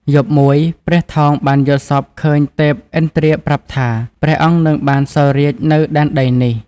យប់មួយ ព្រះថោងបានយល់សប្ដិឃើញទេពឥន្ទ្រាប្រាប់ថា ព្រះអង្គនឹងបានសោយរាជ្យនៅដែនដីនេះ។